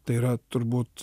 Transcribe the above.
tai yra turbūt